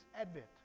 Advent